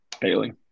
Bailey